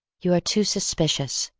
you are too suspicious,